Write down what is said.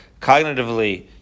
cognitively